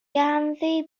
ganddi